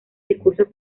discursos